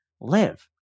live